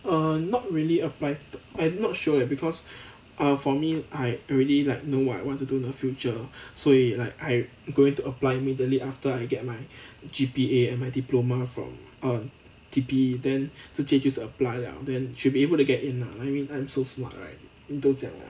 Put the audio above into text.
err not really apply I not sure eh because uh for me I already like know I want to do in future 所以 like I going to apply immediately after I get my G_P_A and my diploma from err T_P then 直接就是 apply 了 then should be able to get in lah I mean I'm so smart right 你都讲了